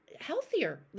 healthier